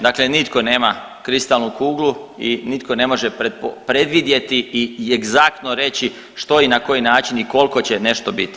Dakle nitko nema kristalnu kuglu i nitko ne može predvidjeti i egzaktno reći što i na koji način i kolko će nešto biti.